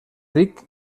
ric